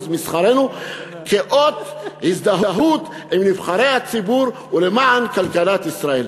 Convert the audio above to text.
משכרנו כאות הזדהות עם נבחרי הציבור ולמען כלכלת ישראל.